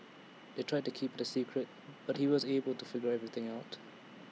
they tried to keep IT A secret but he was able to figure everything out